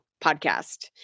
podcast